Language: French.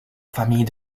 famille